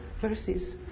verses